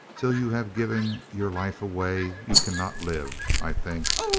till you have given your life away, you can not live, i think.